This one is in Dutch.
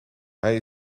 hij